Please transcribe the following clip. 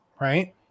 right